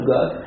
God